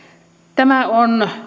tämä on